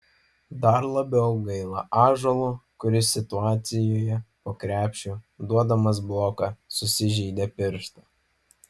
dar labiau gaila ąžuolo kuris situacijoje po krepšiu duodamas bloką susižeidė pirštą